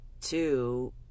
Two